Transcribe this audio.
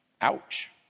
Ouch